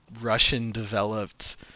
Russian-developed